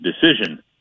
decision